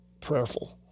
prayerful